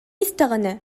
истэҕинэ